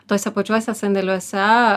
tuose pačiuose sandėliuose